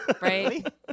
Right